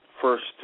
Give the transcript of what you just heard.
first